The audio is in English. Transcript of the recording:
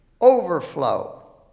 Overflow